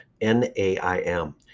N-A-I-M